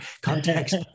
context